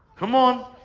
come on.